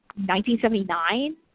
1979